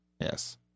Yes